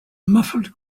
muffled